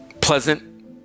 pleasant